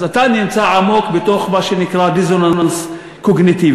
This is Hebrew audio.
אז אתה נמצא עמוק בתוך מה שנקרא דיסוננס קוגניטיבי.